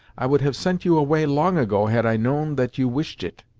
i would have sent you away long ago had i known that you wished it.